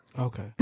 Okay